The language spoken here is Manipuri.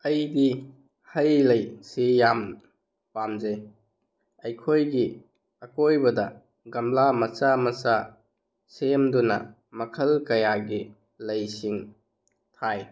ꯑꯩꯗꯤ ꯍꯩ ꯂꯩꯁꯤ ꯌꯥꯝ ꯄꯥꯝꯖꯩ ꯑꯩꯈꯣꯏꯒꯤ ꯑꯀꯣꯏꯕꯗ ꯒꯝꯂꯥ ꯃꯆꯥ ꯃꯆꯥ ꯁꯦꯝꯗꯨꯅ ꯃꯈꯜ ꯀꯌꯥꯒꯤ ꯂꯩꯁꯤꯡ ꯊꯥꯏ